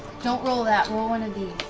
don't roll that. roll one of these.